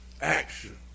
Action